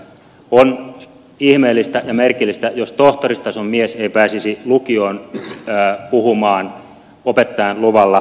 on ihmeellistä ja merkillistä jos tohtoristason mies ei pääsisi lukioon puhumaan opettajan luvalla